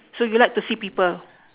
so you like to see people